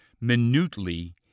minutely